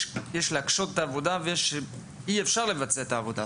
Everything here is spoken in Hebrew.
יש להקשות את העבודה ויש אי אפשר לבצע את העבודה,